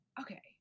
okay